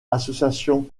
association